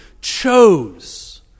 chose